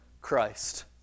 Christ